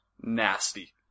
nasty